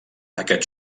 aquest